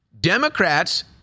Democrats